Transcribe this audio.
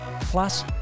plus